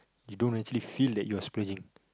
you don't really feel that you're splurging